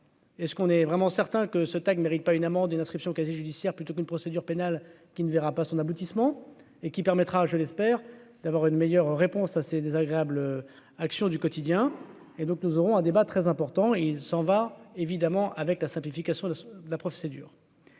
Est ce qu'on est vraiment certain que ce texte mérite pas une amende, une inscription au casier judiciaire plutôt qu'une procédure pénale qui ne verra pas son aboutissement et qui permettra, je l'espère, d'avoir une meilleure réponse assez désagréable action du quotidien et donc nous aurons un débat très important et il s'en va, évidemment, avec la simplification de la prof